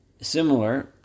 Similar